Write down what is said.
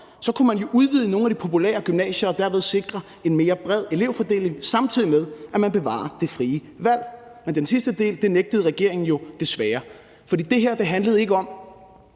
kunne man jo udvide nogle af de populære gymnasier og derved sikre en mere bred elevfordeling, samtidig med at man bevarer det frie valg, men den sidste del nægtede regeringen jo desværre, for det her handlede ikke om